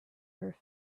her